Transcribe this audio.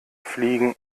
fliegen